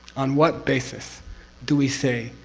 on what basis do we say,